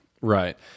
Right